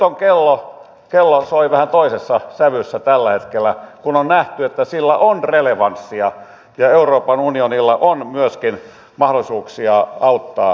no nyt kello soi vähän toisessa sävyssä tällä hetkellä kun on nähty että sillä on relevanssia ja euroopan unionilla on myöskin mahdollisuuksia auttaa turvapolitiikassa